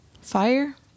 Fire